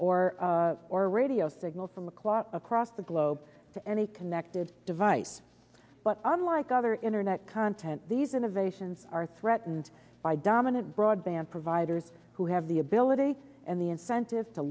or or radio signals from the clock across the globe to any connected device but unlike other internet content these innovations are threatened by dominant broadband providers who have the ability and the incentive to